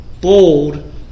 bold